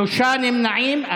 שלושה נמנעים.